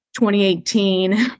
2018